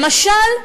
למשל,